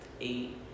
eight